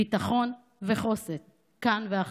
ביטחון וחוסן כאן ועכשיו.